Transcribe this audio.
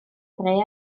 dre